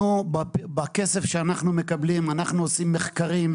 בכסף שאנחנו מקבלים אנחנו עושים מחקרים.